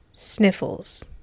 sniffles